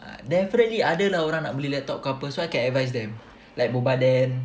ah definitely adalah orang nak beli laptop so I can M_S them like bombard them